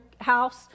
house